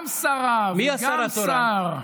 גם שרה וגם שר.